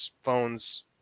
phones